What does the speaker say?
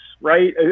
right